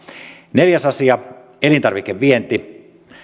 neljäs asia elintarvikevienti